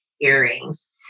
earrings